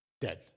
dead